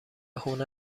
هنر